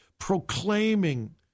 proclaiming